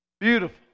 Beautiful